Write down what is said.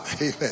Amen